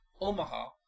Omaha